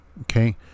okay